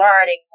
learning